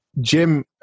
Jim